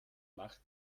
macht